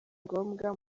ngombwa